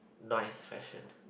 nice fashion